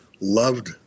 loved